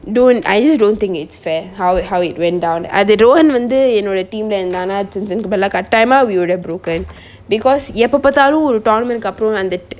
don't I just don't think it's fair how it how it went down அது:athu rohan வந்து என்னோட:vanthu ennoda team lah இருந்தான்னா கட்டாயமா:irunthanna kattayama we would've broken because எப்ப பாத்தாலும் ஒரு:eppa pathalum oru tournament கு அப்புறம் அந்த:ku appuram antha